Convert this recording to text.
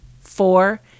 four